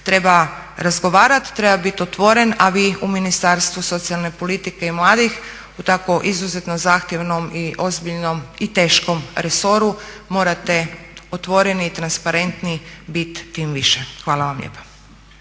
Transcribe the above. Treba razgovarati, treba biti otvoren a vi u Ministarstvu socijalne politike i mladih u tako izuzetno zahtjevnom i ozbiljnom i teškom resoru morate otvoreni i transparentni biti tim više. Hvala vam lijepa.